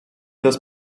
das